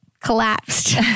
collapsed